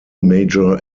major